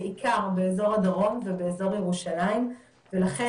בעיקר באזור הדרום ובאזור ירושלים ולכן,